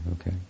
okay